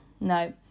no